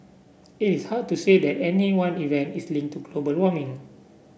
it is hard to say that any one event is linked to global warming